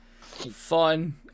Fun